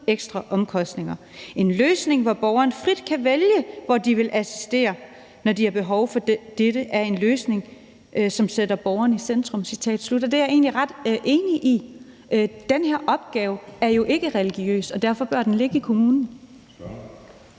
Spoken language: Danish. ekstra omkostninger. En løsning, hvor borgeren frit kan vælge, hvor de vil søge assistance, når/hvis de har behov for dette er en løsning, er en løsning, som sætter borgeren i centrum.« Det er jeg egentlig ret enig i. Den her opgave er jo ikke religiøs, og derfor bør den ligge i kommunen.